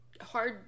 hard